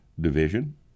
division